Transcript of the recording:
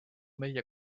meie